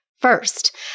First